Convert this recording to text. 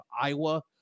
Iowa